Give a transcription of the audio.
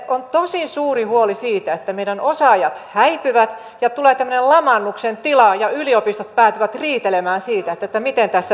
on tosi suuri huoli siitä että meidän osaajamme häipyvät ja tulee lamaannuksen tila ja yliopistot päätyvät riitelemään siitä miten tässä näiden